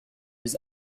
his